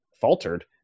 faltered